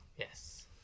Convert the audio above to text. yes